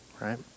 right